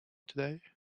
today